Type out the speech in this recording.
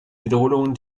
wiederholungen